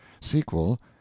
Sequel